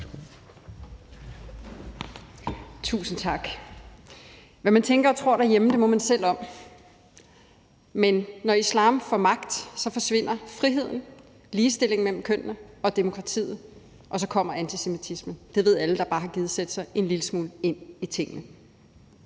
Tusind tak. Hvad man tænker og tror derhjemme, må man selv om. Men når islam får magt, forsvinder friheden, ligestillingen mellem kønnene og demokratiet, og så kommer antisemitismen. Det ved alle, der bare har gidet sætte sig en lille smule ind i tingene.